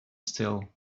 still